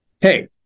hey